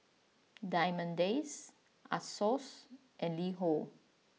Diamond Days Asos and LiHo